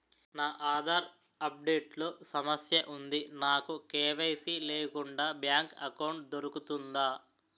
నా Aadhaar update లో సమస్య వుంది నాకు కే.వై.సీ లేకుండా బ్యాంక్ ఎకౌంట్దొ రుకుతుందా?